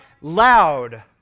loud